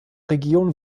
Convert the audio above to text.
region